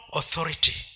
authority